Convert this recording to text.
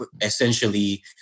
essentially